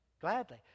Gladly